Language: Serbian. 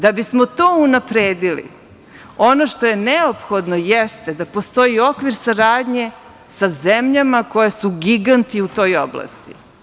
Da bismo to unapredili, ono što je neophodno jeste da postoji okvir saradnje sa zemljama koje su giganti u toj oblasti.